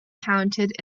counted